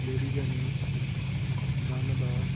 লেডিকেনি দানাদার